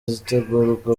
zitegurwa